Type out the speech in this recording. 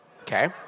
Okay